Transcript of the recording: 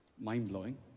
Mind-blowing